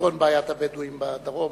לפתרון בעיית הבדואים בדרום.